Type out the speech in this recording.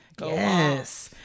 yes